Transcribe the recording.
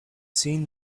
seen